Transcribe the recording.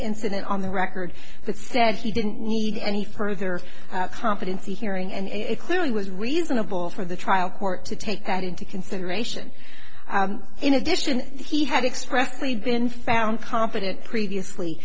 incident on the record but said he didn't need any further competency hearing and clearly was reasonable for the trial court to take into consideration in addition he had expressly been found competent previously